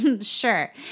Sure